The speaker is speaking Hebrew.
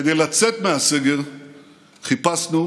כדי לצאת מהסגר חיפשנו,